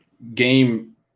game